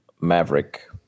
Maverick